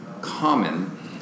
common